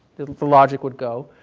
the logic would go,